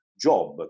job